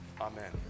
Amen